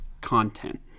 content